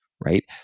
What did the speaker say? Right